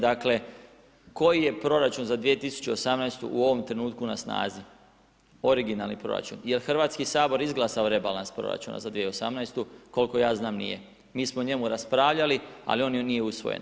Dakle, koji je proračun za 2018. u ovom trenutku na snazi, originalni proračun, jel Hrvatski sabor izglasao rebalans proračuna za 2018. kolko ja znam nije, mi smo o njemu raspravljali ali on nije usvojen.